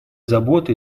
заботы